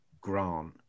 Grant